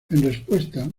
respuesta